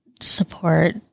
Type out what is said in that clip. support